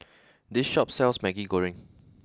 this shop sells Maggi Goreng